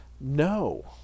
No